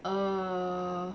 err